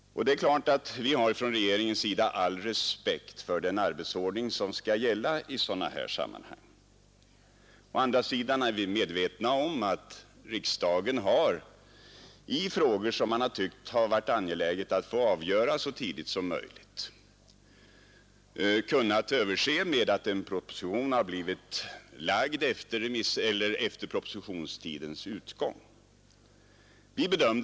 Vi har från regeringens sida givetvis all respekt för den arbetsordning i riksdagen som skall gälla i sådana här sammanhang. Ä andra sidan är vi medvetna om att riksdagen i frågor som man ansett det angeläget att få avgöra så tidigt som möjligt kunnat överse med att en proposition blivit framlagd efter propositionstidens utgång.